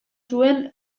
zuen